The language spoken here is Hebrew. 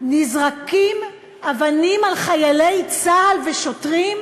נזרקות אבנים על חיילי צה"ל ושוטרים.